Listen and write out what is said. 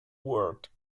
word